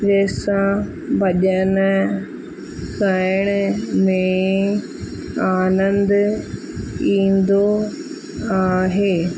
जंहिं सां भॼन ॻाइण में आनंदु ईंदो आहे